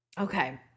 Okay